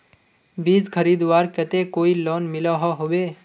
बीज खरीदवार केते कोई लोन मिलोहो होबे?